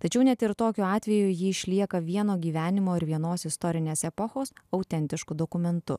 tačiau net ir tokiu atveju ji išlieka vieno gyvenimo ir vienos istorinės epochos autentišku dokumentu